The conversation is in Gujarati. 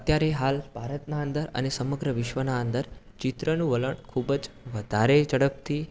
અત્યારે હાલ ભારતના અંદર અને સમગ્ર વિશ્વના અંદર ચિત્રનું વલણ ખૂબ જ વધારે ઝડપથી